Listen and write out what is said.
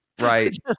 Right